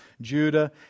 Judah